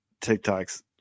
TikToks